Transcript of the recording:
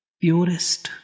purest